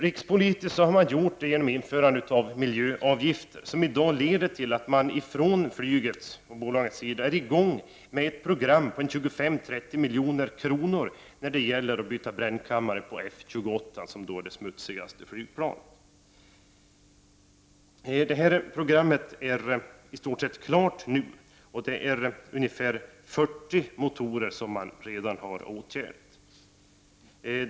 Rikspolitiskt har man gjort det genom att införa miljöavgifter, vilket har lett till att flygbolagets ledning i dag är i gång med ett program på 25-30 milj.kr. för att byta brännkammare på F28, som är det smutsigaste flygplanet. Det här programmet är i stort sett klart nu. Fyrtio motorer har redan åtgärdats.